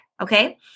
Okay